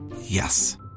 Yes